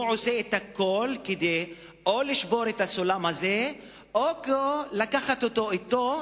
הוא עושה את הכול כדי לשבור את הסולם הזה או לקחת אותו אתו,